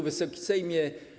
Wysoki Sejmie!